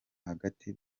hagati